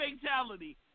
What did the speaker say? fatality